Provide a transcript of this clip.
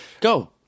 Go